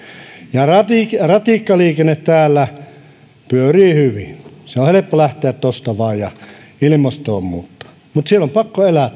ja ratikkaliikenne täällä pyörii hyvin on helppo lähteä tuosta vain ja ilmasto on muuttunut mutta tuolla maallakin on pakko elää